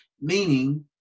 Meaning